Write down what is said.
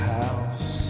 house